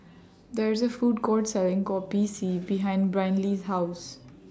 There IS A Food Court Selling Kopi C behind Brynlee's House